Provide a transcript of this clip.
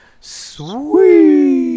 sweet